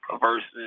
versus